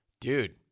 Dude